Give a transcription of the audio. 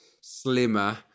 slimmer